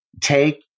take